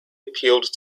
appealed